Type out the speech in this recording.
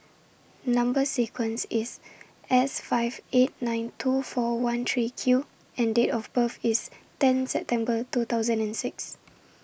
Number sequence IS S five eight nine two four one three Q and Date of birth IS ten September two thousand and six